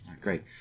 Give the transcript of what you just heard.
Great